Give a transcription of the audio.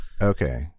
Okay